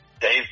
Dave